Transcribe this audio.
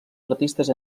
artistes